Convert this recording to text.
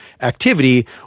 activity